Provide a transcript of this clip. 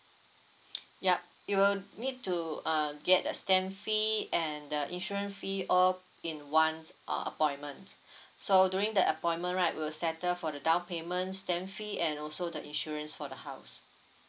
yup you will need to uh get the stamp fee and the insurance fee all in one uh appointment so during the appointment right will settle for the down payment stamp fee and also the insurance for the house